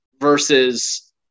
versus